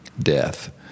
death